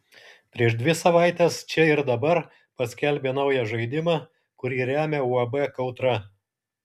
prieš dvi savaites čia ir dabar paskelbė naują žaidimą kurį remia uab kautra